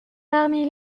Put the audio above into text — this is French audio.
parmi